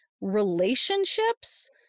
Relationships